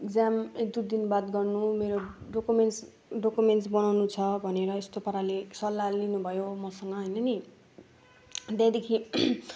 exam एकदुई दिन बाद गर्नु मेरो डकोमेन्ट्स डकोमेन्ट्स बनाउनु छ भनेर यस्तो पाराले सल्लाह लिनु भयो मसँग होइन नि त्यहाँदेखि